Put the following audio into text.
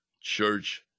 church